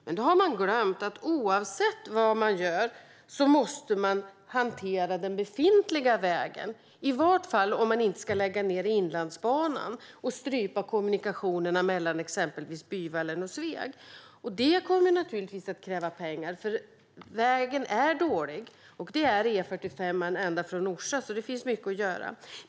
Men då har man glömt att man måste hantera den befintliga vägen oavsett vad man gör, i varje fall om man inte ska lägga ned Inlandsbanan och strypa kommunikationerna mellan exempelvis Byvallen och Sveg. Det kommer naturligtvis att kräva pengar, för vägen är dålig, vilket E45 är ända från Orsa. Det finns alltså mycket att göra.